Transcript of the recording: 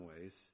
ways